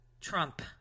Trump